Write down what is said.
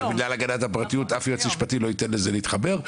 --- להגנת הפרטיות אף יועץ משפטי לא ייתן לזה להתחבר,